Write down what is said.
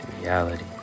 reality